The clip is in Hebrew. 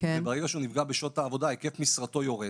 וברגע שהוא נפגע בשעות העבודה, היקף משרתו יורד.